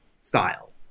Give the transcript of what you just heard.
style